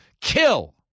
kill